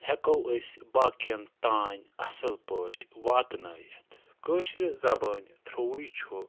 ہٮ۪کَو أسۍ باقِیَن تام اَصٕل پٲٹھۍ واتٕنٲیِتھ کٲشِرِ زبٲنۍ تھرٛوٗوٕے چھُ